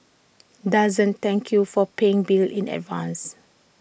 doesn't thank you for paying bills in advance